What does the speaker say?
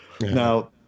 Now